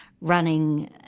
running